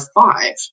five